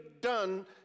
done